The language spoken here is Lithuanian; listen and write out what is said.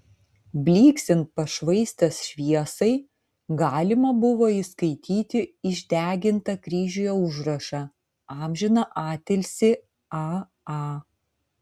blyksint pašvaistės šviesai galima buvo įskaityti išdegintą kryžiuje užrašą amžiną atilsį a a